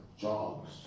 jobs